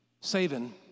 saving